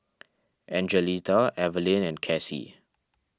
Angelita Evalyn and Cassie